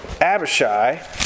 Abishai